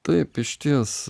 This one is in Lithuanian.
taip išties